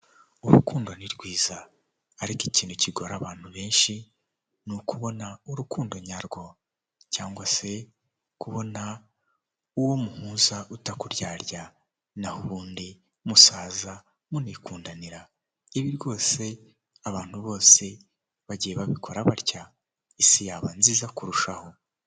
Abagabo babiri ndetse n'abagore babiri umwe yitwa Philippe umwe mu bakandida bahatanira kuyobora igihugu cy'u Rwanda akaba ari kubwira abaturage imigabo n'imigambi azakora mu gihe yaba abonye ububasha bwo kuyobora igihugu.